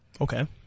Okay